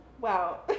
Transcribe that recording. Wow